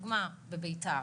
לדוגמה בביתר,